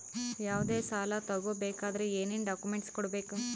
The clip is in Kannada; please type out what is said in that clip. ಯಾವುದೇ ಸಾಲ ತಗೊ ಬೇಕಾದ್ರೆ ಏನೇನ್ ಡಾಕ್ಯೂಮೆಂಟ್ಸ್ ಕೊಡಬೇಕು?